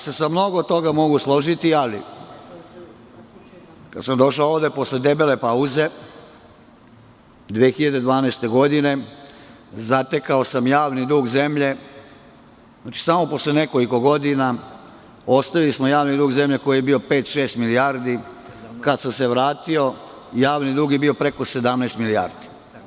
Sa mnogo toga se mogu složiti, ali kada sam došao ovde posle debele pauze, 2012. godine, zatekao sam javni dug zemlje, znači samo posle nekoliko godina, ostavili smo javni dug koji je bio pet ili šest milijardi, a kada sam se vratio, javni dug je bio preko 17 milijardi.